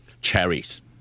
cherries